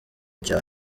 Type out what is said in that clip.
cyane